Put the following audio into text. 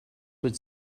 would